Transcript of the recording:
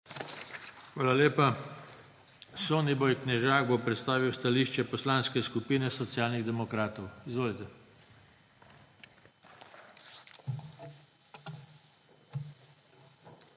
Hvala lepa. Soniboj Knežak bo predstavil stališče Poslanske skupine Socialnih demokratov. Izvolite. **SONIBOJ